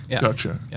Gotcha